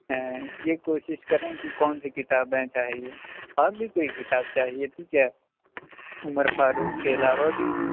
یہ کوشش کریں کہ کون سی کتابیں چاہیے اور بھی کوئی کتاب چاہیے تھی کیا عمر فاروق کے علاوہ بھی